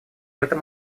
этом